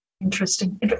Interesting